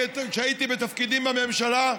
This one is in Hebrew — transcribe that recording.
כשהייתי בתפקידים בממשלה,